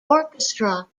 orchestra